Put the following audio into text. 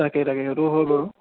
তাকে তাকে এইটোও হয় বাৰু